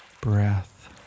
breath